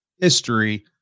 history